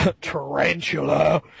tarantula